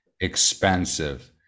expensive